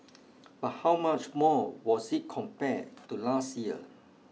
but how much more was it compared to last year